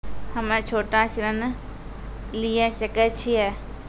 हम्मे छोटा ऋण लिये सकय छियै?